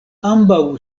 ambaŭ